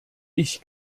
ich